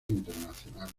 internacionales